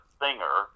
singer